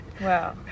Wow